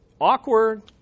Awkward